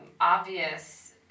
obvious